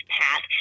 path